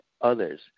others